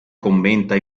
commenta